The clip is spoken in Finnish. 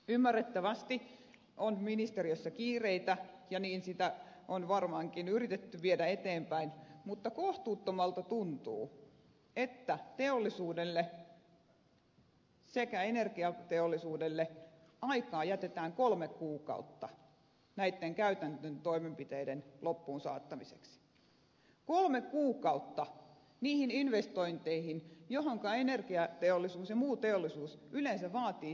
ymmärrettävästi ministeriössä on kiireitä ja sitä on varmaankin yritetty viedä eteenpäin mutta kohtuuttomalta tuntuu että sekä teollisuudelle että energiateollisuudelle jätetään kolme kuukautta aikaa näiden käytännön toimenpiteiden loppuun saattamiseksi kolme kuukautta niihin investointeihin joihinka energiateollisuus ja muu teollisuus yleensä vaatii sen kymmenen vuotta